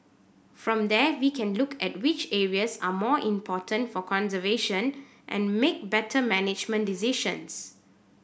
from there we can look at which areas are more important for conservation and make better management decisions